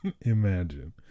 imagine